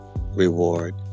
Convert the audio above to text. reward